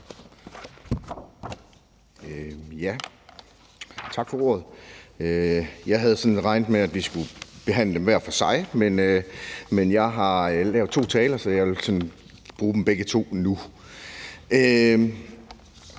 Tak for ordet. Jeg havde sådan regnet med, at vi skulle behandle forslagene hver for sig, så jeg har lavet to taler, og jeg vil sådan bruge dem begge to nu.